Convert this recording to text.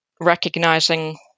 recognizing